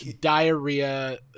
diarrhea